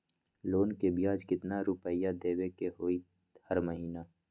Loan के ब्याज कितना रुपैया देबे के होतइ हर महिना?